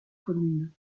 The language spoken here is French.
commune